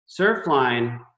Surfline